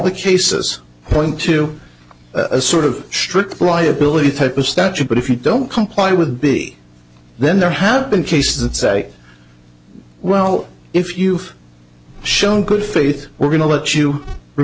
the cases point to a sort of strict liability type of statute but if you don't comply with b then there have been cases that say well if you've shown good faith we're going to let you